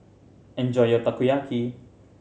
enjoy your Takoyaki